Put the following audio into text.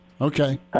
Okay